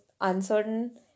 uncertain